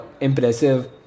impressive